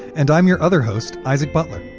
and i'm your other host, isaac butler.